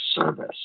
service